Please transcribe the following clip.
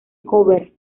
cover